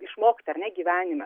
išmokti ar ne gyvenime